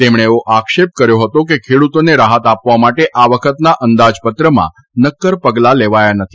તેમણે એવો આક્ષેપ કર્યો હતો કે ખેડૂતોને રાહત આપવા માટે આ વખતના અંદાજપત્રમાં નક્કર પગલાં લેવાયા નથી